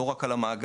לא רק על המאגר.